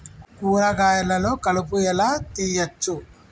కూరగాయలలో కలుపు ఎలా తీయచ్చు?